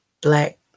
black